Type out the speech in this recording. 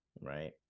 right